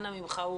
בבקשה.